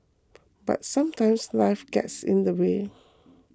but sometimes life gets in the way